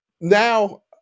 Now